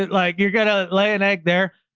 like you're going to lay an egg there.